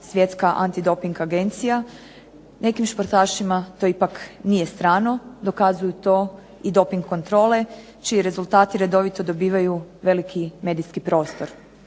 Svjetska antidoping agencija. Nekim športašima to ipak nije strano. Dokazuju to i doping kontrole čiji rezultati redovito dobivaju veliki medijski prostor.